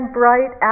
bright